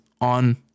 on